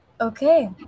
Okay